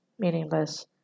meaningless